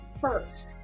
first